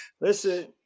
listen